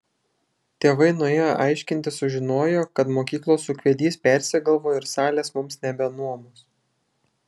tėvai nuėję aiškintis sužinojo kad mokyklos ūkvedys persigalvojo ir salės mums nebenuomos